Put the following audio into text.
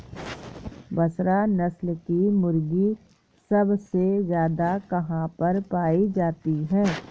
बसरा नस्ल की मुर्गी सबसे ज्यादा कहाँ पर पाई जाती है?